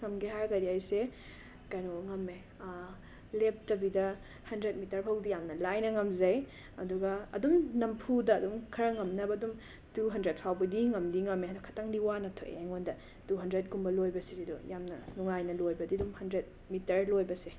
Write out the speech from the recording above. ꯉꯝꯒꯦ ꯍꯥꯏꯔꯒꯗꯤ ꯑꯩꯁꯦ ꯀꯩꯅꯣ ꯉꯝꯃꯦ ꯂꯦꯞꯇꯕꯤꯗ ꯍꯟꯗ꯭ꯔꯦꯠ ꯃꯤꯇꯔ ꯐꯥꯎꯗꯤ ꯌꯥꯝꯅ ꯂꯥꯏꯅ ꯉꯝꯖꯩ ꯑꯗꯨꯒ ꯑꯗꯨꯝ ꯅꯝꯐꯨꯗ ꯑꯗꯨꯝ ꯈꯔ ꯉꯝꯅꯕ ꯑꯗꯨꯝ ꯇꯨ ꯍꯟꯗ꯭ꯔꯦꯠ ꯐꯥꯎꯕꯗꯤ ꯉꯝꯗꯤ ꯉꯝꯃꯦ ꯑꯗꯣ ꯈꯤꯇꯪꯗꯤ ꯋꯥꯅ ꯊꯣꯛꯑꯦ ꯑꯩꯉꯣꯟꯗ ꯇꯨ ꯍꯟꯗ꯭ꯔꯦꯠꯀꯨꯝꯕ ꯂꯣꯏꯕꯁꯤ ꯑꯗꯨ ꯌꯥꯝꯅ ꯅꯨꯡꯉꯥꯏꯅ ꯂꯣꯏꯕꯗꯤ ꯑꯗꯨꯝ ꯍꯟꯗ꯭ꯔꯦꯠ ꯃꯤꯇꯔ ꯂꯣꯏꯕꯁꯦ